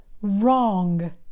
wrong